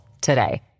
today